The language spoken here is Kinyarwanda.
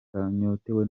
anyotewe